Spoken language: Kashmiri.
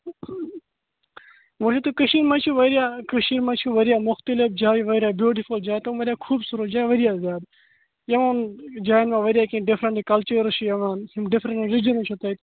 وۄں وٕچھو تُہۍ کٔشیٖر منز چھِ واریاہ کٔشیٖر منز چھِ واریاہ مختلف جایہِ واریاہ بیوٗٹفُل جایہِ تم واریاہ خوٗبصورت جایہِ واریاہ زیادٕ یِمن جاین منز واریاہ کیٚنٛہہ ڈِفرنٹ کَلچٲرس چھِ یوان ڈِفرنٹ رِجَنٕز چھِ تَتہِ